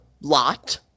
lot